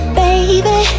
baby